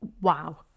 wow